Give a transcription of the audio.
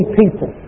people